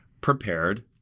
prepared